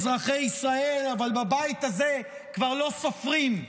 אזרחי ישראל, אבל בבית הזה כבר לא סופרים,